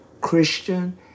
Christian